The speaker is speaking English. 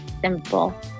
simple